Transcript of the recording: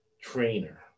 trainer